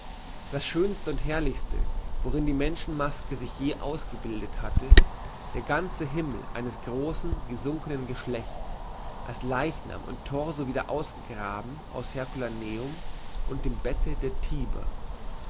das schönste und herrlichste wozu die menschenmaske sich je ausgebildet hatte der ganze himmel eines großen gesunkenen geschlechts als leichnam und torso wieder ausgegraben aus herkulanum und dem bette der tiber